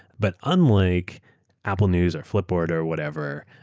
but unlike apple news or flipboard or whatever,